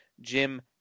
Jim